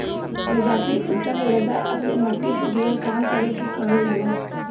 प्रजातीय उद्दम व्यवसाय अपने मट्टी से जुड़ल काम करे के कहल जाला